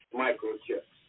microchips